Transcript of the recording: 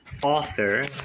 Author